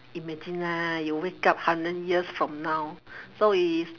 imagine ah you wake up hundred years from now so is